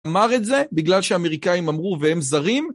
אמר את זה בגלל שאמריקאים אמרו והם זרים